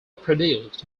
produced